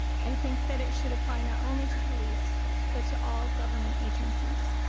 i think that it should apply not only to police but to all government agencies.